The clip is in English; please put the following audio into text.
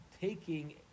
taking